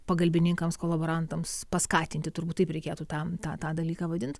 pagalbininkams kolaborantams paskatinti turbūt reikėtų tam tą dalyką vadint